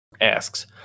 asks